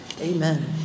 amen